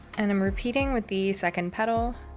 and i'm repeating with the second petal,